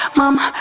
mama